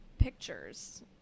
pictures